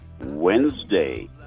Wednesday